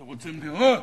אתם רוצים דירות?